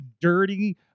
dirty